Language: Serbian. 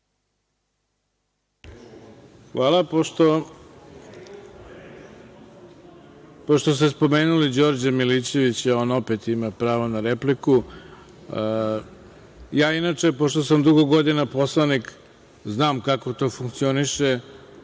Hvala. Pošto ste spomenuli Đorđa Milićevića, on opet ima pravo na repliku. Pošto sam dugo godina poslanik, znam kako to funkcioniše.